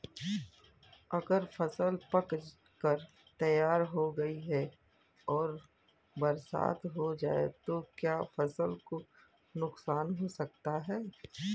अगर फसल पक कर तैयार हो गई है और बरसात हो जाए तो क्या फसल को नुकसान हो सकता है?